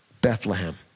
Bethlehem